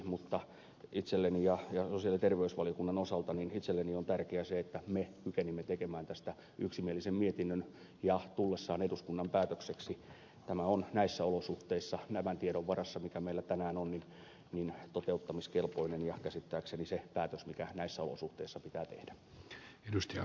mutta itselleni ja sosiaali ja terveysvaliokunnan osalta on tärkeää se että me kykenimme tekemään tästä yksimielisen mietinnön ja tullessaan eduskunnan päätökseksi tämä on näissä olosuhteissa tämän tiedon varassa joka meillä tänään on toteuttamiskelpoinen ja käsittääkseni se päätös joka näissä olosuhteissa pitää tehdä